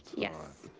yes.